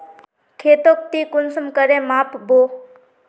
खेतोक ती कुंसम करे माप बो?